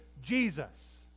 Jesus